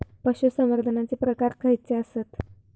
पशुसंवर्धनाचे प्रकार खयचे आसत?